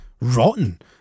Rotten